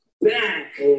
back